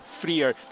Freer